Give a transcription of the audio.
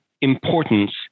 importance